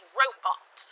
robot